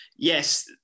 Yes